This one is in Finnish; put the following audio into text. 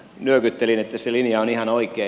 nyökyttelin että se linja on ihan oikein